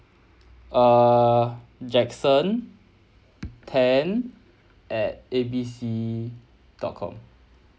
err jackson ten at A B C dot com